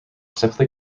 simply